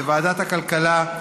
בוועדת הכלכלה,